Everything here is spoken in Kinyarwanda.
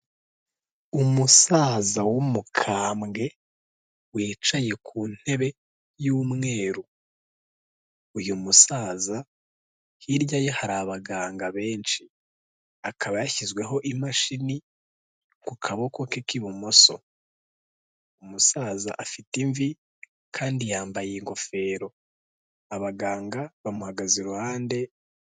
Umusaza w'umukambwe wicaye ku ntebe y'umweru. Uyu musaza hirya ye hari abaganga benshi. Akaba yashyizweho imashini ku kaboko ke k'ibumoso. Umusaza afite imvi kandi yambaye ingofero. Abaganga bamuhagaze iruhande...